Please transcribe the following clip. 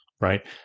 Right